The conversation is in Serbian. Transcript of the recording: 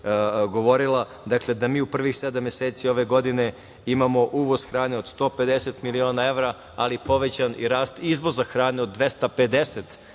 govorila, dakle da mi u prvih sedma meseci ove godine imamo uvoz hrane od 150 miliona evra, ali povećan i rast izvoza hrane od 250 miliona